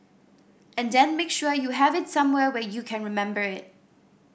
and then make sure you have it somewhere where you can remember it